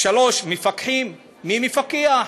3. מפקחים, מי מפקח,